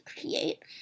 create